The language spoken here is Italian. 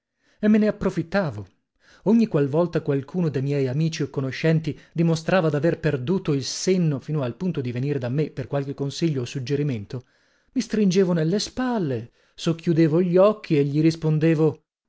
e me ne approfittavo ogni qual volta qualcuno de miei amici o conoscenti dimostrava daver perduto il senno fino al punto di venire da me per qualche consiglio o suggerimento mi stringevo nelle spalle socchiudevo gli occhi e gli rispondevo